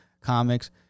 comics